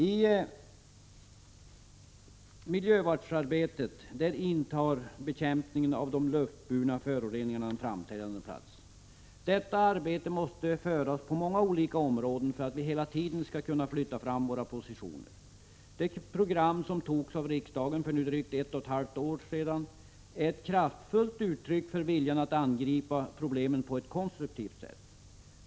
I miljövårdsarbetet intar bekämpningen av de luftburna föroreningarna en framträdande plats. Detta arbete måste göras på många olika områden för att vi hela tiden skall kunna flytta fram våra positioner. Det program som antogs av riksdagen för nu drygt ett och ett halvt år sedan är ett kraftfullt uttryck för viljan att angripa problemen på ett konstruktivt sätt.